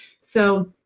So-